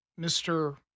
mr